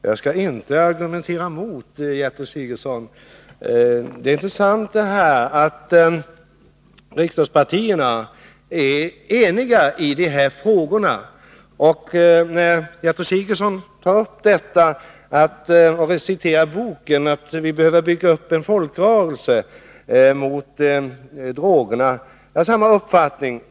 Fru talman! Jag skall inte argumentera mot Gertrud Sigurdsen. Det är sant att riksdagspartierna är eniga i dessa frågor. När Gertrud Sigurdsen hänvisar till Allan Rubins bok och säger att vi behöver bygga upp en folkrörelse mot drogerna, har jag samma uppfattning.